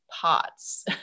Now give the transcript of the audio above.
pots